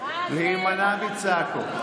להימנע מצעקות.